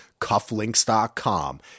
cufflinks.com